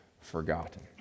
forgotten